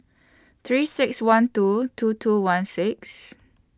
three six one two two two one six